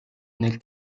nel